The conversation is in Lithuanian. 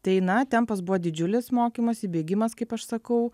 tai na tempas buvo didžiulis mokymosi bėgimas kaip aš sakau